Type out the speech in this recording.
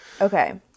Okay